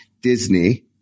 Disney